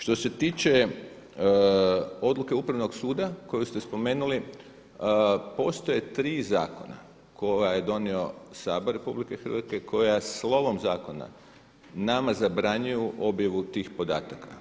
Što se tiče odluke Upravnog suda koju ste spomenuli, postoje tri zakona koje je donio Sabor RH, koja slovom zakona nama zabranjuju objavu tih podataka.